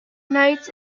nights